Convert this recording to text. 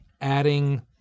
adding